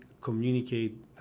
communicate